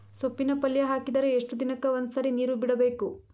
ಸೊಪ್ಪಿನ ಪಲ್ಯ ಹಾಕಿದರ ಎಷ್ಟು ದಿನಕ್ಕ ಒಂದ್ಸರಿ ನೀರು ಬಿಡಬೇಕು?